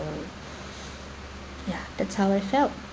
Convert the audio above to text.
ya that's how I felt